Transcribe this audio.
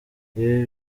ibi